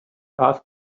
asked